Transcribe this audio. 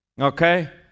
Okay